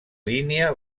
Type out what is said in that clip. línia